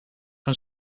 van